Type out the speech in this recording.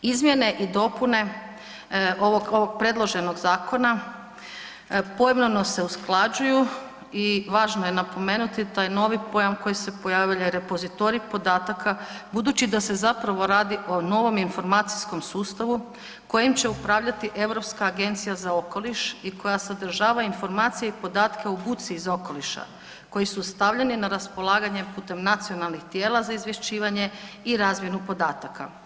Izmjene i dopune ovog predloženog zakona pojmovno se usklađuju i važno je napomenuti taj novi pojam koji se pojavljuje, repozitorij podataka budući da se zapravo radi o novom informacijskom sustavu kojim će upravljati Europska agencija za okoliš i koja sadržava informacije i podatke o buci iz okoliša koji su stavljeni na raspolaganje putem nacionalnih tijela za izvješćivanje i razmjenu podataka.